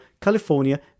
California